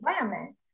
environment